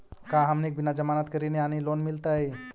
का हमनी के बिना जमानत के ऋण यानी लोन मिलतई?